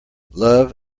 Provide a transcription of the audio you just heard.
love